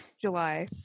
July